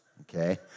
okay